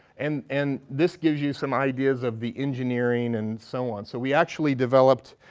and and this gives you some ideas of the engineering and so on. so we actually developed,